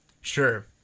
Sure